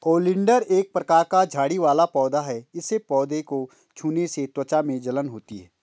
oleander एक प्रकार का झाड़ी वाला पौधा है इस पौधे को छूने से त्वचा में जलन होती है